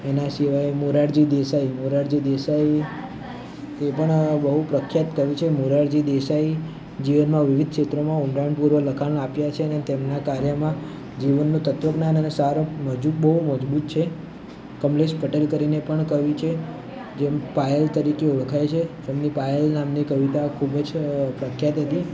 એના સિવાય મોરારજી દેસાઈ મોરારજી દેસાઇ તે પણ બહુ પ્રખ્યાત કવિ છે મોરારજી દેસાઈ જીવનનાં વિવિધ ક્ષેત્રોમાં ઊંડાણ પૂર્વક લખાણ આપ્યા છે અને તેમનાં કાર્યમાં જીવનનું તત્ત્વજ્ઞાન અને સાર મજ બહુ મજબૂત છે કમલેશ પટેલ કરીને પણ કવિ છે જે મ પાયલ તરીકે ઓળખાય છે એમની પાયલ નામની કવિતા ખૂબ જ પ્રખ્યાત હતી